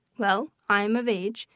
well, i am of age,